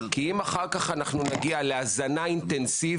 כי אם אחר כך אנחנו נגיע להזנה אינטנסיבית,